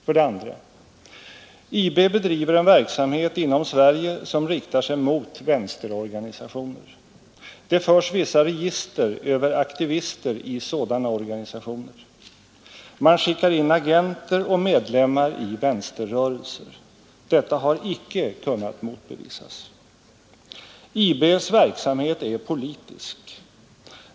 För det andra: IB bedriver en verksamhet inom Sverige som riktar sig mot vänsterorganisationer. Det förs vissa register över aktivister i sådana organisationer. Man skickar in agenter och medlemmar i vänsterrörelser. Detta har icke kunnat motbevisas. IB:s verksamhet är politisk.